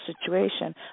situation